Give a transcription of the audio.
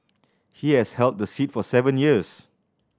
he has held the seat for seven years